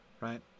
right